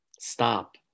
Stop